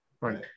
right